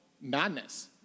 madness